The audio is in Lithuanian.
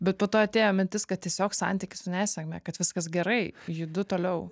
bet po to atėjo mintis kad tiesiog santykį su nesėkme kad viskas gerai judu toliau